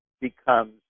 becomes